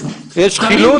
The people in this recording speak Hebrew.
יש חילוט?